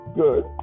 good